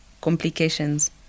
complications